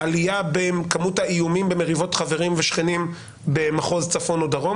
העלייה בכמות האיומים במריבות חברים ושכנים במחוז צפון או דרום,